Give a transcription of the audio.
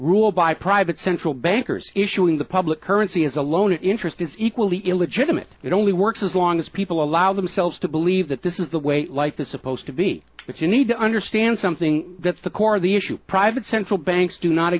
rule by private central bankers issuing the public currency as a loan interest is equally illegitimate it only works as long as people allow themselves to believe that this is the way life is supposed to be but you need to understand something that's the core of the issue private central banks do not